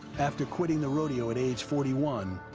after quitting the rodeo at age forty one,